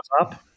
up